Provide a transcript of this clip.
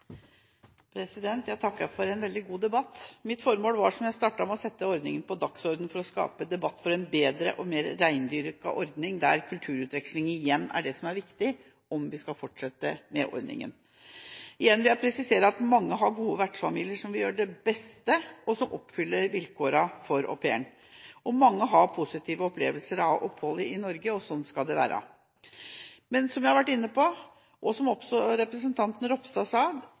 Jeg takker for en veldig god debatt. Mitt formål var, som jeg startet med, å sette ordningen på dagsordenen for å skape debatt for en bedre og mer reindyrka ordning der kulturutveksling igjen er det som er viktig, om vi skal fortsette med ordningen. Igjen vil jeg presisere at mange har gode vertsfamilier som vil gjøre det beste, og som oppfyller vilkårene med hensyn til au pairen. Mange har positive opplevelser av oppholdet i Norge. Sånn skal det være. Men som jeg har vært inne på, og som også representanten Ropstad sa: